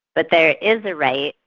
but there is a right,